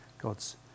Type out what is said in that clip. God's